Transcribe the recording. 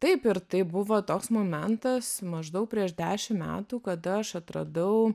taip ir taip buvo toks momentas maždaug prieš dešimt metų kada aš atradau